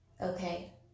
Okay